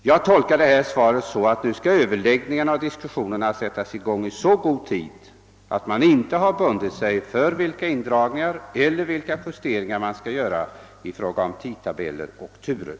Jag tolkar svaret så, att överläggningarna och diskussionerna nu skall sättas i gång i så god tid att man inte har bundit sig för några bestämda indragningar eller justeringar i fråga om tidtabeller och turer.